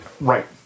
Right